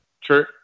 true